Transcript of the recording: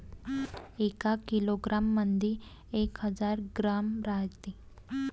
एका किलोग्रॅम मंधी एक हजार ग्रॅम रायते